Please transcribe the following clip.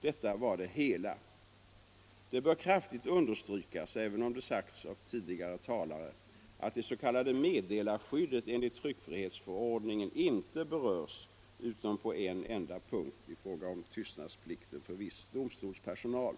Detta var det hela. Det bör kraftigt understrykas — även om det sagts av tidigare talare — att det s.k. meddelarskyddet enligt tryckfrihetsförordningen inte berörs utom på en enda punkt, i fråga om tystnadsplikten för viss domstolspersonal.